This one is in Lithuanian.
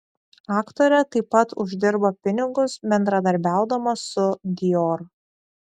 aktorė taip pat uždirba pinigus bendradarbiaudama su dior